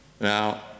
Now